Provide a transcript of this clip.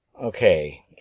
Okay